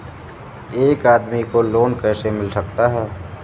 एक आदमी को लोन कैसे मिल सकता है?